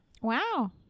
wow